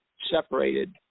separated